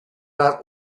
are